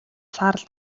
саарал